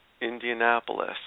Indianapolis